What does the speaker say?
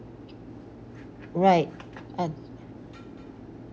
right and